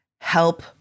help